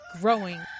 growing